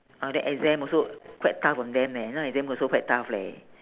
now the exam also quite tough for them leh now exam also quite tough leh